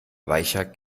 weicher